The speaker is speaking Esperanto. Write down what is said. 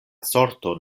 sorto